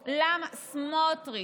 סמוֹטריץ',